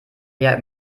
herr